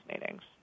meetings